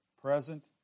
present